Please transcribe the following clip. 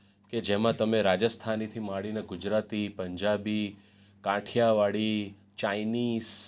કે જેમાં તમે રાજસ્થાનીથી માંડીને ગુજરાતી પંજાબી કાઠિયાવાડી ચાઈનીઝ